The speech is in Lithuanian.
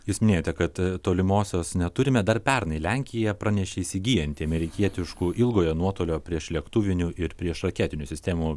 jūs minėjote kad tolimosios neturime dar pernai lenkija pranešė įsigyjanti amerikietiškų ilgojo nuotolio priešlėktuvinių ir priešraketinių sistemų